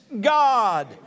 God